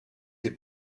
des